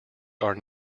are